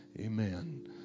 amen